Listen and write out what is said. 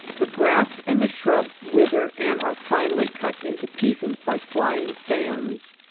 the grass and the shrub wither and are finally cut into pieces by flying sands.